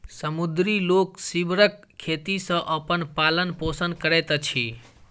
समुद्री लोक सीवरक खेती सॅ अपन पालन पोषण करैत अछि